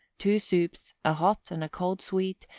two soups, a hot and a cold sweet,